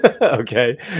Okay